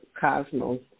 cosmos